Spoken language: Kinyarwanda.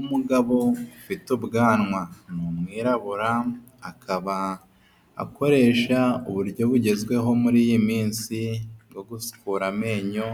Umugabo ufite ubwanwa, ni umwirabura, akaba akoresha uburyo bugezweho muri iyi minsi bwo gusukura amenyo,